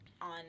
on